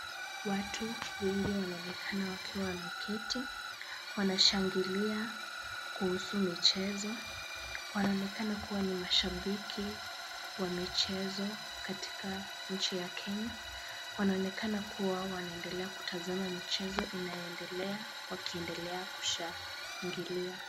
Watu wengi wanaonekana wakiwa wameketi. Wanashangilia kuhusu michezo. Wanaonekana kuwa ni mashabiki wa michezo katika nchi ya Kenya. Wanaonekana kuwa wanaendelea kutazama michezo inayoendelea wakiendelea kushangilia.